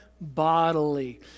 bodily